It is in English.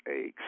eggs